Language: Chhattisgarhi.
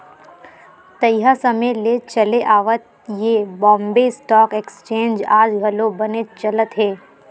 तइहा समे ले चले आवत ये बॉम्बे स्टॉक एक्सचेंज आज घलो बनेच चलत हे